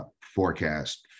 forecast